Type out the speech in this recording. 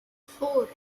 four